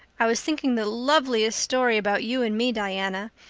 i was thinking the loveliest story about you and me, diana.